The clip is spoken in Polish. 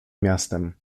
miastem